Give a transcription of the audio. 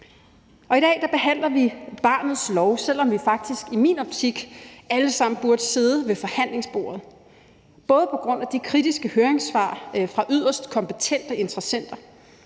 I dag behandler vi barnets lov, selv om vi faktisk i min optik alle sammen burde sidde ved forhandlingsbordet, både på grund af de kritiske høringssvar fra yderst kompetente interessenter,